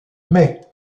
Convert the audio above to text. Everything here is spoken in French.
mai